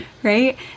Right